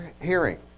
hearing